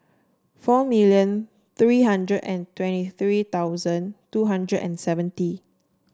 four million three hundred and twenty three thousand two hundred and seventy